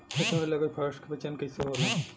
फसल में लगल फारेस्ट के पहचान कइसे होला?